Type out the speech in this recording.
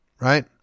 right